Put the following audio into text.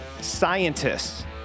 scientists